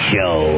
Show